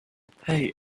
pay